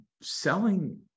selling